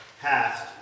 past